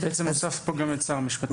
בעצם הוספת פה גם את שר המשפטים.